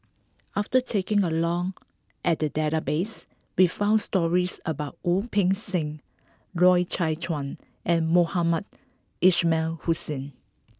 after taking a look at the database we found stories about Wu Peng Seng Loy Chye Chuan and Mohamed Ismail Hussain